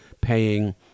paying